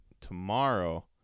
tomorrow